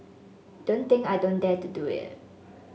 don't think I don't dare to do it